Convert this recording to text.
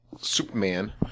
Superman